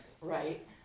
Right